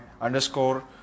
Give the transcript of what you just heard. underscore